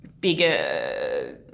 bigger